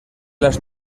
las